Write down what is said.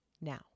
Now